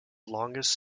longest